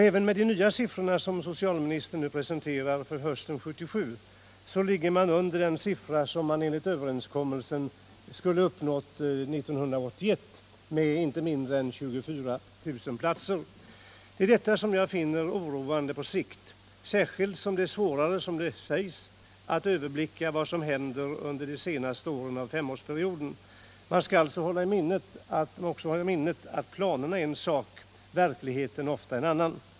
Även med de nya siffror som socialministern nu presenterar för hösten 1977 ligger man under den siffra man enligt överenskommelsen skulle uppnått 1981, med inte mindre än 24 000 platser. Det är detta jag finner oroande på sikt, särskilt som det är svårare — som det sägs — att överblicka vad som händer under de senaste åren av femårsperioden. Man skall också hålla i minnet att planerna är en sak, verkligheten ofta en annan.